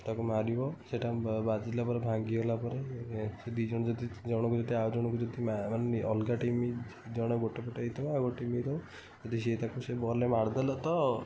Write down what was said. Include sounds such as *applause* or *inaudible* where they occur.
ତାକୁ ମାରିବ ସେଇଟା ବାଜିଲା ପରେ ଭାଙ୍ଗିଗଲା ପରେ ସେ ଦୁଇ ଜଣ ଯଦି ଜଣଙ୍କୁ ଯଦି ଆଉ ଜଣଙ୍କୁ ଯଦି ମାନେ ଅଲଗା ଟିମ୍ ଜଣେ ଗୋଟେ ପଟେ ହେଇଥବ *unintelligible* ଗୋଟେ ଟିମ୍ ହେଇଥବ ଯଦି ସେ ତାକୁ ସେ ବଲ୍ରେ ମାରିଦେଲା ତ